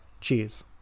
cheers